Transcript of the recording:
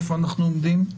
איפה אנחנו עומדים?